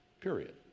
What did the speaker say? Period